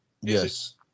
yes